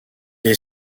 est